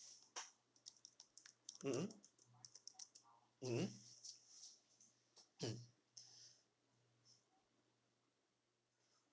mmhmm mmhmm mm